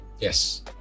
yes